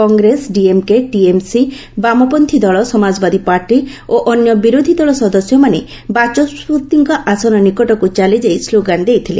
କଂଗ୍ରେସ ଡିଏମ୍କେ ଟିଏମ୍ସି ବାମପନ୍ଥୀ ଦଳ ସମାଜବାଦୀ ପାର୍ଟି ଓ ଅନ୍ୟ ବିରୋଧୀ ଦଳ ସଦସ୍ୟମାନେ ବାଚସ୍କତିଙ୍କ ଆସନ ନିକଟକୁ ଚାଲିଯାଇ ସ୍ଲୋଗାନ୍ ଦେଇଥିଲେ